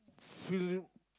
feel you